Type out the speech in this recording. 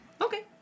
Okay